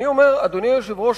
אדוני היושב-ראש,